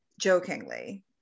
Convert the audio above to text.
jokingly